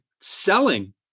selling